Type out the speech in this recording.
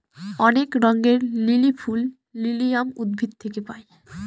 অনেক রঙের লিলি ফুল লিলিয়াম উদ্ভিদ থেকে পায়